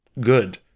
good